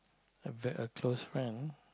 a close friend